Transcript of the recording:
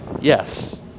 yes